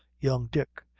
young dick,